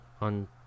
on